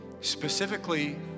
specifically